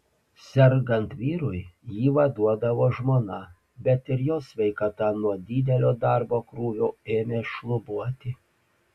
sergant vyrui jį vaduodavo žmona bet ir jos sveikata nuo didelio darbo krūvio ėmė šlubuoti